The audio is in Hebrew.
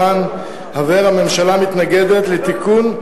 למען הבהר: הממשלה מתנגדת לתיקון,